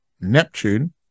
Neptune